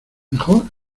mejor